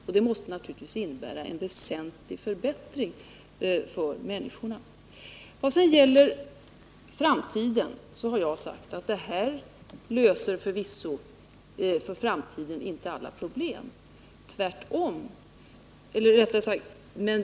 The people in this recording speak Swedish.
Detta innebär naturligtvis också en väsentlig förbättring för dem. Vad det sedan gäller framtiden har jag sagt att dessa åtgärder förvisso inte löser alla problem.